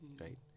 right